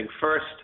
first